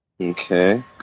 Okay